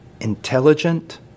intelligent